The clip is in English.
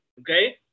Okay